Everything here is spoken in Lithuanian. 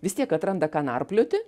vis tiek atranda ką narplioti